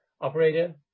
Operator